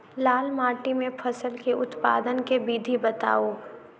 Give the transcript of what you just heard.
लाल माटि मे फसल केँ उत्पादन केँ विधि बताऊ?